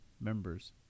members